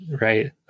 right